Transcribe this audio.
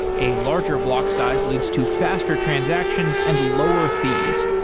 a larger block size leads to faster transactions and lower fees,